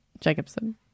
Jacobson